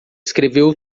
escreveu